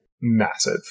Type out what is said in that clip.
massive